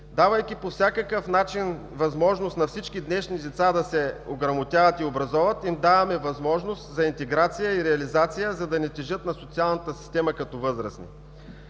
Давайки възможност на всички днешни деца да се ограмотяват и образоват по всякакъв начин, им даваме възможност за интеграция и реализация, за да не тежат на социалната система като възрастни.